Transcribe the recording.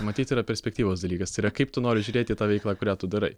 matyt yra perspektyvos dalykas tai yra kaip tu nori žiūrėt į tą veiklą kurią tu darai